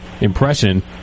impression